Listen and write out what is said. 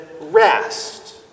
rest